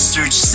Search